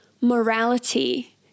morality